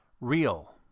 real